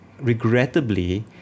regrettably